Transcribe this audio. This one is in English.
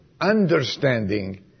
understanding